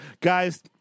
Guys